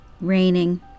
raining